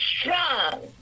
strong